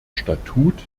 statut